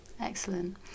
Excellent